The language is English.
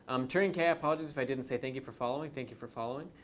um turing k, i apologize if i didn't say thank you for following. thank you for following.